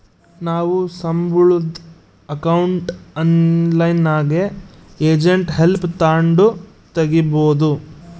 ನಾವು ಸಂಬುಳುದ್ ಅಕೌಂಟ್ನ ಆನ್ಲೈನ್ನಾಗೆ ಏಜೆಂಟ್ ಹೆಲ್ಪ್ ತಾಂಡು ತಗೀಬೋದು